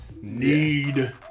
need